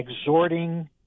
exhorting